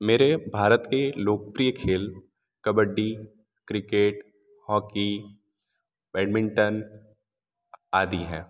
मेरे भारत के लोकप्रिय खेल कबड्डी क्रिकेट हॉकी बैडमिंटन आदि हैं